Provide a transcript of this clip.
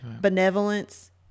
Benevolence